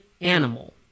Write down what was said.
animal